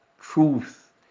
truth